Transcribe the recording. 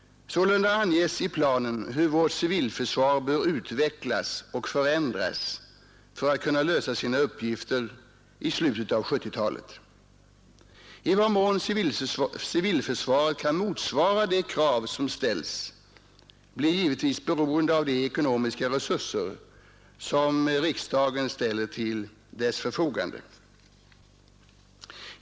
Sålunda anges i planen hur vårt civilförsvar bör utvecklas och förändras för att kunna lösa sina uppgifter i slutet av 1970-talet. I vad mån civilförsvaret kan motsvara de krav som ställs blir givetvis beroende av de ekonomiska resurser som riksdagen ställer till dess förfogande.